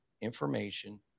information